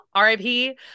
RIP